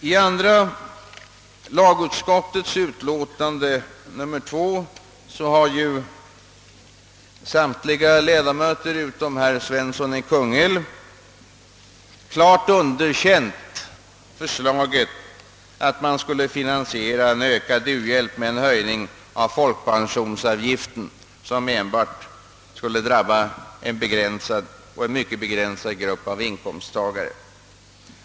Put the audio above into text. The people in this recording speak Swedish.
I andra lagutskottets utlåtande nr 2 har samtliga ledamöter utom herr Svensson i Kungälv klart underkänt förslaget om att man skulle finansiera en ökad u-hjälp med en höjning av folkpensionsavgiften, som enbart skulle drabba en mycket begränsad grupp av inkomsttagare.